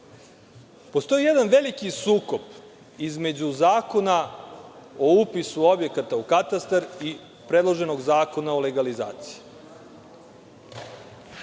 objekte. Postoji jedan veliki sukob između Zakona o upisu objekata u katastar i predloženog zakona o legalizaciji.